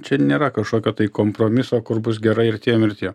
čia nėra kašokio kompromiso kur bus gerai ir tiem ir tie